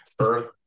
Earth